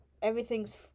Everything's